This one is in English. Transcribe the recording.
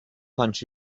punch